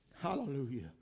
hallelujah